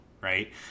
right